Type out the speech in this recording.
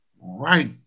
right